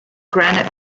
granite